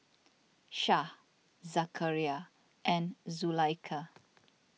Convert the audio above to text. Syah Zakaria and Zulaikha